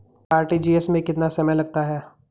RTGS में कितना समय लगता है?